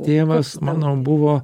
tėvas mano buvo